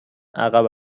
عقب